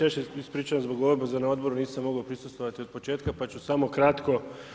Još se ispričavam što zbog obveza na odboru nisam mogao prisustvovati od početka, pa ću samo kratko.